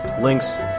links